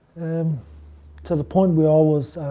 um to the point where i was